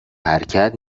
حرکت